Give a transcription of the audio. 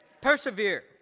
Persevere